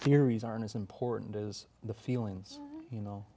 series aren't as important as the feelings you know